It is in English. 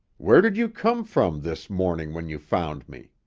where did you come from this morning when you found me?